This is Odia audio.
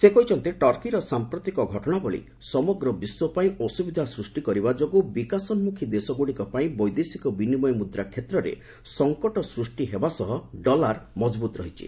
ସେ କହିଛନ୍ତି ଟର୍କିର ସାମ୍ପ୍ରତିକ ଘଟଣାବଳୀ ସମଗ୍ର ବିଶ୍ୱପାଇଁ ଅସୁବିଧା ସୃଷ୍ଟି କରିବା ଯୋଗୁଁ ବିକାଶୋନୁଖୀ ଦେଶଗୁଡ଼ିକପାଇଁ ବୈଦେଶିକ ବିନିମୟ ମୁଦ୍ରା କ୍ଷେତ୍ରରେ ସଙ୍କଟ ସୃଷ୍ଟି ହେବା ସହ ଡଲାର ମଜବୁତ୍ ରହିଛି